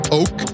oak